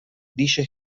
dice